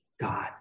God